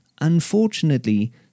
Unfortunately